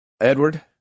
Edward